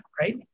right